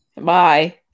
Bye